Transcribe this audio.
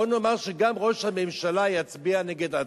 בואו נאמר שגם ראש הממשלה יצביע נגד עצמו,